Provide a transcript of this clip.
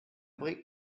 bringt